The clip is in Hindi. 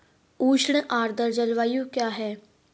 उष्ण आर्द्र जलवायु क्या है?